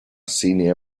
senior